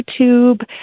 YouTube